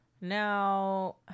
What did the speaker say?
Now